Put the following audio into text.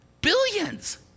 billions